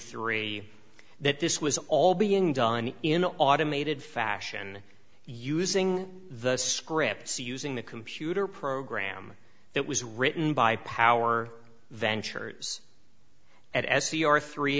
three that this was all being done in an automated fashion using the scripts using the computer program that was written by power ventures at s e r three